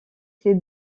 ces